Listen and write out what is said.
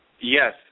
yes